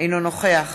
אינו נוכח